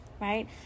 right